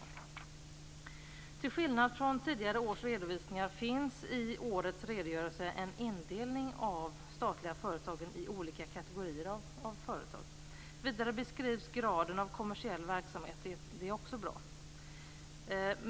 Till skillnad från tidigare års redovisningar finns i årets redogörelse en indelning av de statliga företagen i olika kategorier av företag. Vidare beskrivs graden av kommersiell verksamhet. Det är också bra.